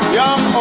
young